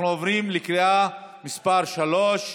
אנחנו עוברים לקריאה שלישית.